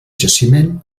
jaciment